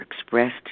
expressed